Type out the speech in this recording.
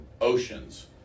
Ocean's